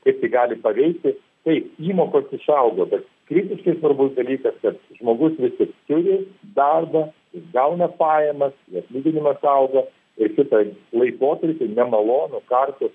kaip tai gali paveikti taip įmokos išaugo bet kritiškai svarbus dalykas kad žmogus vis tik turi darbą gauna pajamas atlyginimas auga ir kitą laikotarpį nemalonų kartų